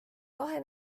kahe